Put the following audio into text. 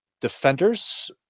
Defenders